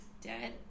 dead